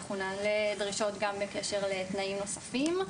ואנחנו נעלה דרישות גם בקשר לתנאים נוספים.